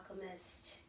alchemist